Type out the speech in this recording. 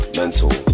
mental